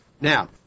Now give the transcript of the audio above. Now